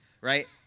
Right